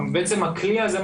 והכלי הזה,